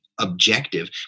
objective